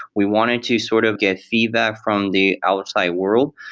we wanted to sort of get feedback from the outside world.